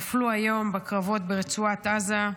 שנפלו היום בקרבות ברצועת עזה.